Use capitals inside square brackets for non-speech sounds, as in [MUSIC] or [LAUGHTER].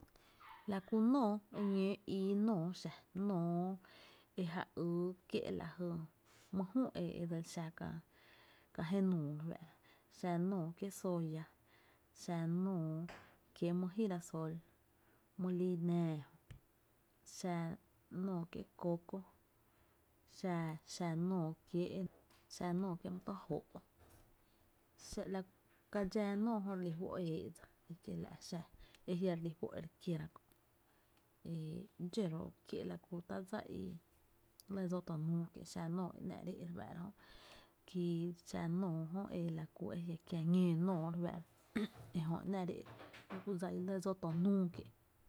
La ku nóoó e ñóo ii nóoó xa, nóoó e ja yy kié’ mý Jü e dseli xa kää jenuu, xa nóoó kiéé’ soya, xa nóo kiéé’ my girasol my lí nⱥⱥ jö, xa nóoó kiéé’ coco, xa nóoó kiéé’ [HESITATION] xa nóoó kiéé’ my tó jóo’ xa [HESITATION] ka dxáá nóoó jö dse lí juó’ e éé’ dsa i kiela’ xa e jia’ re lí fó’ re kiéra kö’, dxó ró’ kié’ la ku dsa i lɇ dsóo tonúu kié’ xa nóoó e ‘nⱥ’ re éé’ re fá’ra jö kí xa nóoó e la ku jia’ kiä ñóo nóoó re fa’ra´ejö ‘nⱥ’ re éé’ la ku dsa i lɇ dsóo tonuu kié’.